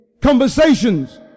conversations